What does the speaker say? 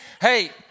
Hey